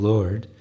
Lord